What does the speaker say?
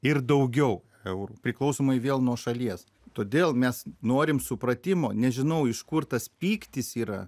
ir daugiau eurų priklausomai vėl nuo šalies todėl mes norim supratimo nežinau iš kur tas pyktis yra